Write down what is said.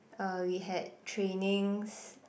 uh we had trainings